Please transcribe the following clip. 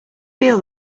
feel